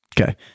Okay